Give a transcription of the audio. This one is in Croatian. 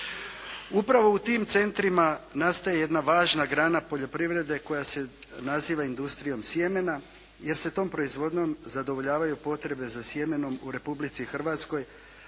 Upravo u tim centrima nastaje jedna važna grana poljoprivrede koja se naziva industrijom sjemena jer se tom proizvodnjom zadovoljavaju potrebe za sjemenom u Republici Hrvatskoj